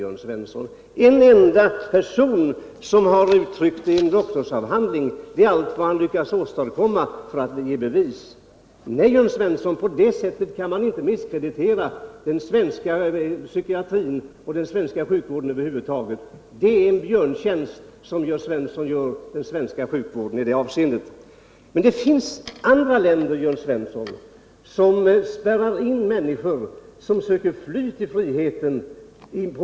Allt vad han lyckas åstadkomma för att ge bevis är att ange vad en enda person uttryckt i en doktorsavhandling. Nej, Jörn Svensson, på det sättet kan man inte misskreditera den svenska psykiatrin och den svenska sjukvården över huvud taget. Det är en björntjänst som Jörn Svensson gör den svenska sjukvården i det avseendet. Men det finns andra länder, Jörn Svensson, som på mentalsjukhus spärrar in de människor, som söker fly till friheten.